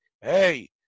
hey